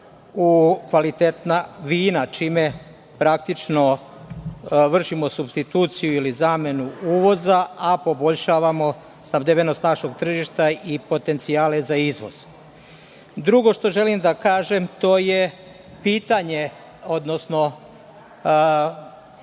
u kvalitetna vina, čime praktično vršimo supstituciju ili zamenu uvoza, a poboljšavamo snabdevenost našeg tržišta i potencijale za izvoz. Drugo što želim da kažem, to je pitanje, odnosno